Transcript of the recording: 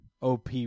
OP